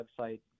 website